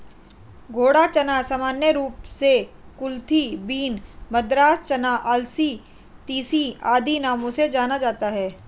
घोड़ा चना सामान्य रूप से कुलथी बीन, मद्रास चना, अलसी, तीसी आदि नामों से जाना जाता है